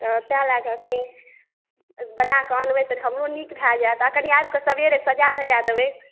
तऽ तँ लए कऽ कनी बना कऽ अनबै तऽ हमरो नीक भए जायत आ कनी आबि कऽ सवेरे सजा धजा देबै